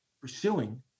pursuing